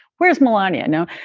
whereas melania. no,